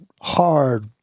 hard